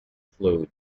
fluid